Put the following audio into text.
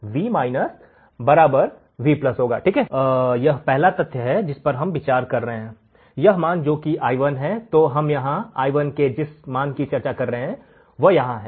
इसलिए यह पहला तथ्य है जिस पर हम विचार कर रहे हैं यह मान जो कि i1 है तो हम यहां i1 के जिस मान की चर्चा कर रहे हैं वह यहां है